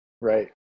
Right